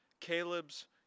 Caleb's